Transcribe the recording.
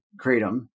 Kratom